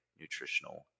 nutritional